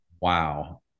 Wow